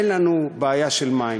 אין לנו בעיה של מים.